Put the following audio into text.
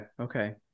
Okay